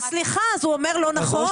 אז, סליחה, הוא אומר לא נכון?